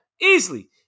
easily